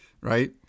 Right